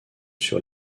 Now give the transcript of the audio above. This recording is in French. sur